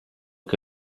che